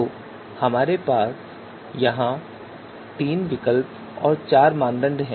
तो यहां हमारे पास तीन विकल्प और चार मानदंड हैं